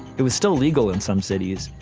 it was still legal in some cities,